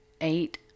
eight